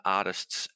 artists